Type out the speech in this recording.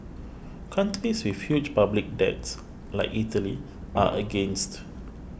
countries with huge public debts like Italy are against